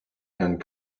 and